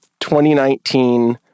2019